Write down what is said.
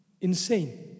insane